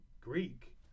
Greek